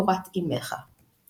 לא הייתה פסיקה אחידה בין מקום למקום,